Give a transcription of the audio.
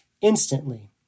instantly